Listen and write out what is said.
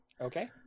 Okay